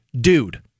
dude